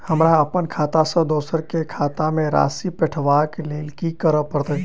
हमरा अप्पन खाता सँ दोसर केँ खाता मे राशि पठेवाक लेल की करऽ पड़त?